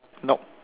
nope